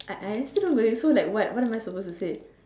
I I also don't get it so like what what am I supposed to say